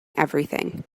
everything